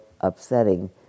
upsetting